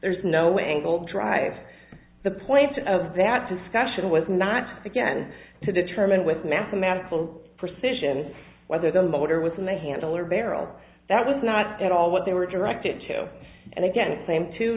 there's no angle drive the point of that discussion was not again to determine with mathematical precision whether the water was in the handle or barrel that was not at all what they were directed to and again same to